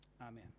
Amen